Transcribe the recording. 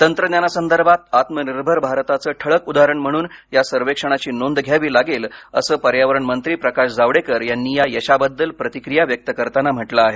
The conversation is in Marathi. तंत्रज्ञानासंदर्भात आत्मनिर्भर भारताचं ठळक उदाहरण म्हणून या सर्वेक्षणाची नोंद घ्यावी लागेल असं पर्यावरण मंत्री प्रकाश जावडेकर यांनी या यशाबद्दल प्रतिक्रिया व्यक्त करताना म्हटलं आहे